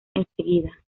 enseguida